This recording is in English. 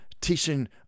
teaching